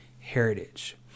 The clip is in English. heritage